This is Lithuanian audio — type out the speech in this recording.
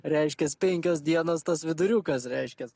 reiškias penkios dienos tas viduriukas reiškias